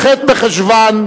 נתקבלה.